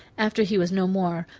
after he was no more,